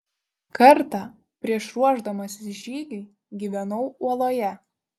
kartą prieš ruošdamasis žygiui gyvenau uoloje